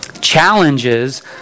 challenges